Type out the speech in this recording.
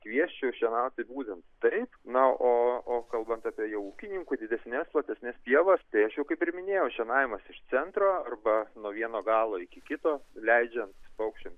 kviesčiau šienauti būtent taip na o o kalbant apie jau ūkininkų didesnes platesnes pievas tai aš jau kaip ir minėjau šienavimas iš centro arba nuo vieno galo iki kito leidžiant paukščiams